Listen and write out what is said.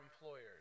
employers